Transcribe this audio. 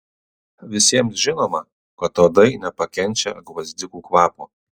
visiems žinoma kad uodai nepakenčia gvazdikų kvapo